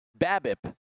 BABIP